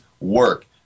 work